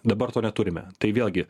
dabar to neturime tai vėlgi